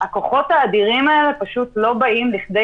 הכוחות האדירים האלה פשוט לא באים לכדי